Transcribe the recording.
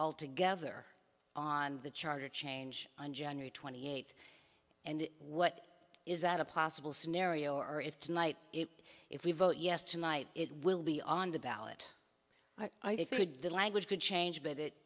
all together on the charter change on january twenty eighth and what is that a possible scenario or if tonight it if we vote yes tonight it will be on the ballot i defeated the language could change but it